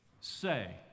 say